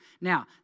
Now